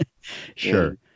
Sure